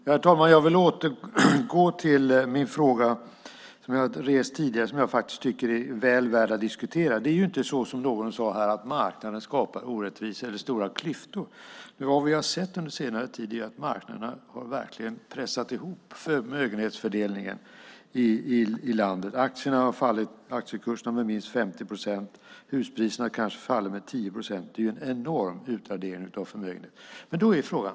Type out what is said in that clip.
Herr talman! Jag vill återgå till min fråga som jag har rest tidigare och som jag faktiskt tycker är väl värd att diskutera. Det är inte så som någon sade här att marknaden skapar orättvisor eller stora klyftor. Vad vi har sett under senare tid är att marknaden verkligen har pressat ihop förmögenhetsfördelningen i landet. Aktiekurserna har fallit med minst 50 procent. Huspriserna kanske faller med 10 procent. Det är en enorm utradering av förmögenhet.